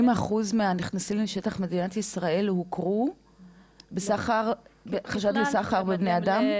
80 אחוזים מהנכנסים לשטח מדינת ישראל הוכרו כקורבנות סחר בבני אדם?